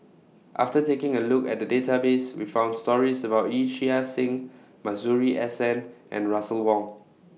after taking A Look At The Database We found stories about Yee Chia Hsing Masuri S N and Russel Wong